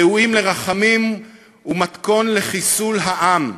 ראויים לרחמים ומתכון לחיסול העם,